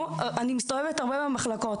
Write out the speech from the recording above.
מאושפזים הרבה ואני מסתובבת במחלקות.